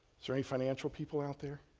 is there any financial people out there?